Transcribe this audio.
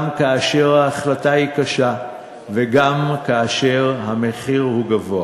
גם כאשר ההחלטה היא קשה וגם כאשר המחיר הוא גבוה.